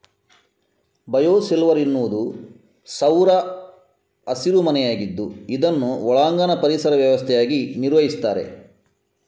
bio shelter ಎನ್ನುವುದು ಸೌರ ಹಸಿರು ಮನೆಯಾಗಿದ್ದು ಇದನ್ನು ಒಳಾಂಗಣ ಪರಿಸರ ವ್ಯವಸ್ಥೆಯಾಗಿ ನಿರ್ವಹಿಸ್ತಾರೆ